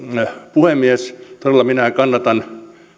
puhemies minä todella kannatan